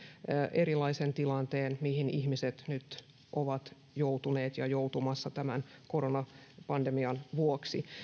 erilaisen tilanteen mihin ihmiset nyt ovat joutuneet ja joutumassa tämän koronapandemian vuoksi